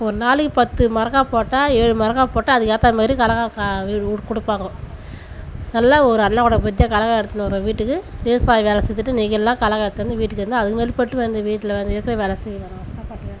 ஒரு நாளைக்கு பத்து மரக்கா போட்டால் ஏழு மரக்கால் போட்டால் அதுக்கேற்ற மாதிரி கடலக்கா கொடுப்பாங்க நல்லா ஒரு நல்லா ஒரு அண்ணக்கூடை பெத்தியா கடலக்கா எடுத்துனு வருவேன் வீட்டுக்கு விவசாயம் வேலை செஞ்சிட்டு கடலக்கா எடுத்தாந்து வீட்டுக்கு வந்து அதுக்கு மேல்பட்டு வந்து வீட்டில் வந்து இருக்க வேலை செய்யணும் சாப்பாட்டு வேலை